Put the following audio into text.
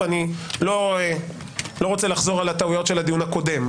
ואני לא רוצה לחזור על הטעויות של הדיון הקודם.